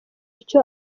icyo